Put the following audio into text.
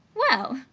well!